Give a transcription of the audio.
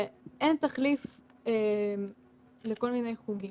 ואין תחליף לכל מיני חוגים.